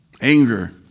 anger